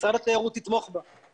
משרד התיירות יתמוך בה.